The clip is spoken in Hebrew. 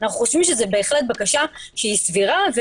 זה בהחלט בקשה שהיא סבירה.